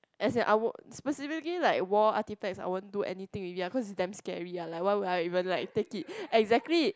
as in our specifically like war artifacts I won't do anything with it ah cause they're damn scary lah like what we are even like take it exactly